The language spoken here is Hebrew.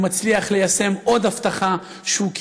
הוא מצליח ליישם עוד הבטחה שלו,